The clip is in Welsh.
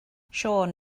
siôn